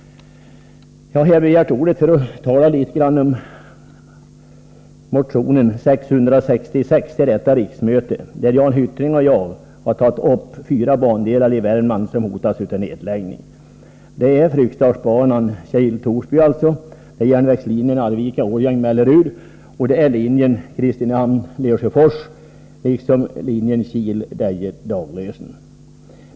Jag har begärt ordet för att tala litet om motion 666 till detta riksmöte, där Jan Hyttring och jag har tagit upp fyra bandelar i Värmland som hotas av nedläggning. Det är Fryksdalsbanan Kil-Torsby, järnvägslinjen Arvika Årjäng-Mellerud, linjen Kristinehamn-Lesjöfors och linjen Kil-Deje Daglösen.